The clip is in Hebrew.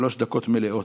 שלוש דקות מלאות.